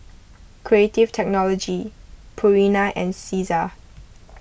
Creative Technology Purina and Cesar